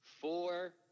four